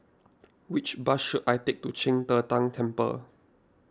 which bus should I take to Qing De Tang Temple